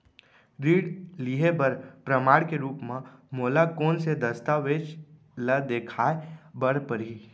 ऋण लिहे बर प्रमाण के रूप मा मोला कोन से दस्तावेज ला देखाय बर परही?